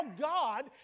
God